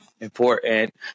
important